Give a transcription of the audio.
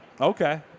Okay